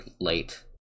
late